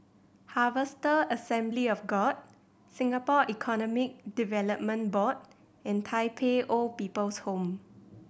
Harvester Assembly of God Singapore Economic Development Board and Tai Pei Old People's Home